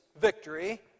victory